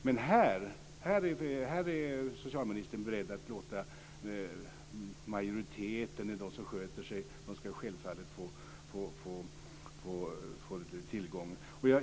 Men här är socialministern beredd att säga att majoriteten, de som sköter sig, självfallet skall få tillgång till information.